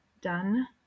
done